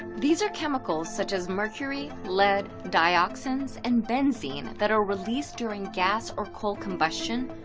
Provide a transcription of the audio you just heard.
these are chemicals such as mercury, lead, dioxins, and benzine that are released during gas or coal combustion,